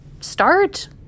start